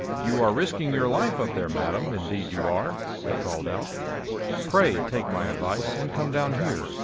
you are risking your life up there, madam, indeed you are, he called out pray take my advice and come down here,